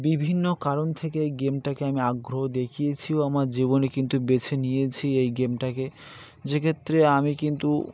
বিভিন্ন কারণ থেকে এই গেমটাকে আমি আগ্রহ দেখিয়েছিও আমার জীবনে কিন্তু বেছে নিয়েছি এই গেমটাকে যেক্ষেত্রে আমি কিন্তু